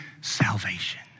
salvation